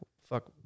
Fuck